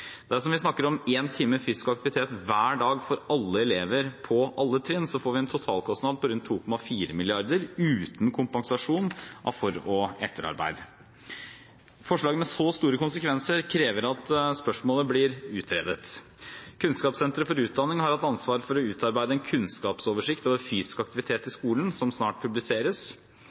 Dersom vi snakker om én time fysisk aktivitet hver dag for alle elever på alle trinn, får vi en totalkostnad på rundt 2,4 mrd. kr, uten kompensasjon for forarbeid og etterarbeid. Forslag med så store konsekvenser krever at spørsmålet blir utredet. Kunnskapssenter for utdanning har hatt ansvaret for å utarbeide en kunnskapsoversikt over fysisk aktivitet i skolen, som snart publiseres.